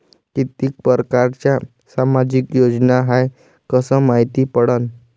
कितीक परकारच्या सामाजिक योजना हाय कस मायती पडन?